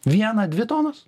vieną dvi tonas